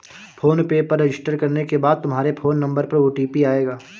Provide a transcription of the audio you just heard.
phone पे पर register करने के बाद तुम्हारे फोन नंबर पर ओ.टी.पी आएगा